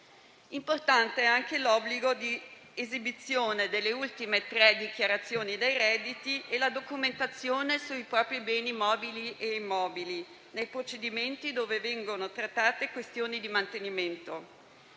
Importante è anche l'obbligo di esibizione delle ultime tre dichiarazioni dei redditi e della documentazione sui propri beni mobili e immobili nei procedimenti in cui vengono trattate questioni di mantenimento.